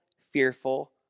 fearful